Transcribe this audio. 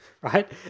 right